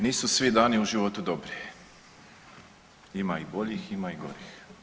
Nisu svi dani u životu dobri, ima i boljih, ima i gorih.